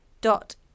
dot